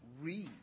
read